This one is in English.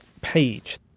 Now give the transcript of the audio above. page